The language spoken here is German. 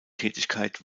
tätigkeit